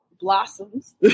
blossoms